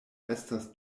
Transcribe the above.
estas